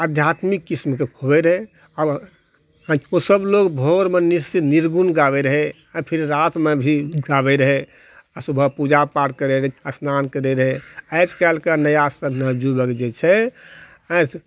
आध्यात्मिक किस्मके होबय रहय ओसभ लोग भोरमे निर्गुण गाबैत रहय आ फिर रातमे भी गाबैत रहय आ सुबह पूजा पाठ भी करैत रहय स्नान करय रहय आज काल्हिके नयासभ नवयुवक जे छै छै